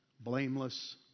blameless